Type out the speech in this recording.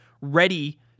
ready